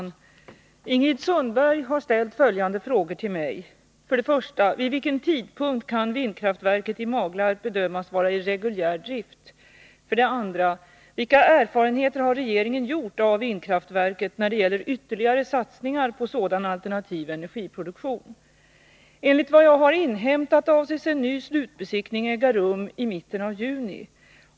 Åtskilliga förhoppningar knöts ursprungligen till alternativa energikällor. Som ett led i försöksverksamheten med sådana energikällor beslöts om uppförandet av ett par vindkraftverk, varav ett i Maglarp. Efter stora svårigheter och avsevärd försening kunde detta, ett av världens största, vindkraftverk slutbesiktigas före överlämnandet till Sydkraft.